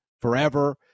forever